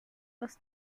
was